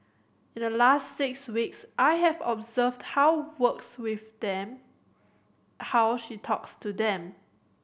in the last six weeks I have observed how works with them how she talks to them